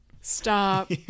Stop